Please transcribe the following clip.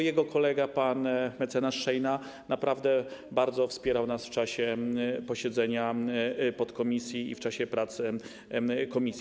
Jego kolega, pan mecenas Szejna, naprawdę bardzo wspierał nas w czasie posiedzenia podkomisji i w czasie prac komisji.